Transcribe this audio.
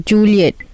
Juliet